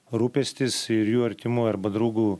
rūpestis ir jų artimųjų arba draugų